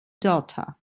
daughter